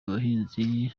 abahinzi